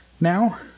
now